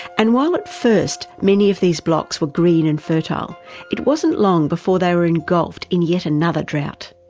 and while at first many of these blocks were green and fertile it wasn't long before they were engulfed in yet another drought.